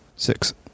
Six